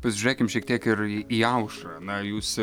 pasižiūrėkim šiek tiek ir į aušrą na jūs